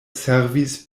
servis